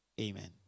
amen